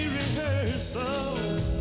rehearsals